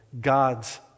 God's